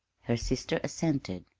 her sister assented.